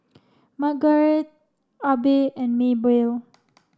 Margarete Abbey and Maebell